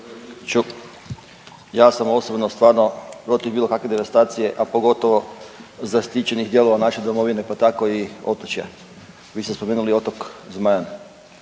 Ja sam osobno stvarno protiv bilo kakve devastacije, a pogotovo zaštićenih dijelova naše domovine pa tako i otočja. Vi ste spomenuli otok Zmajan,